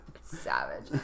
Savage